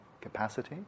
capacity